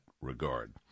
regard